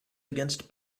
against